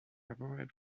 favorable